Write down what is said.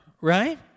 right